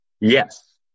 Yes